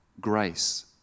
grace